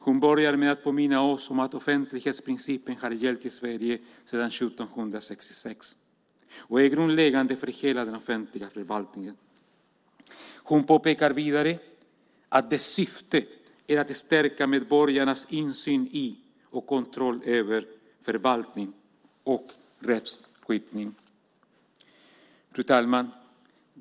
Hon börjar med att påminna oss om att "offentlighetsprincipen har gällt i Sverige sedan 1766 och är grundläggande för hela den offentliga förvaltningen". Vidare påpekar hon att "dess syfte är att stärka medborgarnas insyn i och kontroll över förvaltning och rättsskipning". Fru talman!